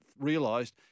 realised